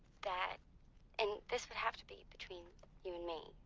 that and this would have to be between you and me.